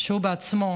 הוא בעצמו